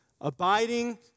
abiding